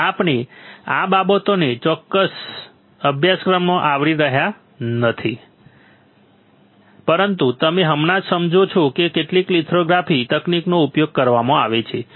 આપણે આ બાબતોને આ ચોક્કસ અભ્યાસક્રમમાં આવરી રહ્યા નથી પરંતુ તમે હમણાં જ સમજો છો કે કેટલીક લિથોગ્રાફી તકનીકનો ઉપયોગ કરવામાં આવે છે